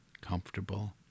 comfortable